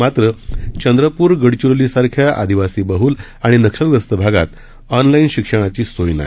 मात्र चंद्रपूर गडचिरोली सारख्या आदिवासी बहल आणि नक्षलग्रस्त भागात ऑनलाईन शिक्षणाची सोय नाही